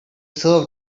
serve